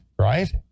Right